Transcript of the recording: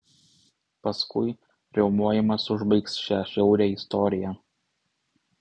paskui riaumojimas užbaigs šią žiaurią istoriją